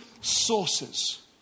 sources